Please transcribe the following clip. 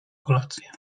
kolację